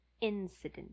incident